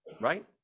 right